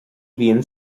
bhíonn